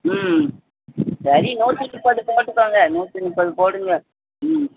ம் சரி நூற்றி முப்பது போட்டுக்கோங்க நூற்றி முப்பது போடுங்கள் ம்